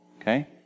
Okay